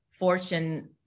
Fortune